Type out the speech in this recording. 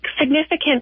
significant